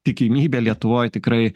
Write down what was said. tikimybė lietuvoj tikrai